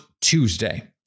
Tuesday